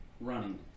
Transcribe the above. running